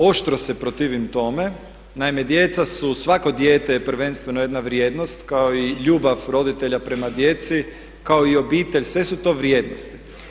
Oštro se protivim tome, naime djeca su, svako dijete je prvenstveno jedna vrijednost kao i ljubav roditelja prema djeci kao i obitelj, sve su to vrijednosti.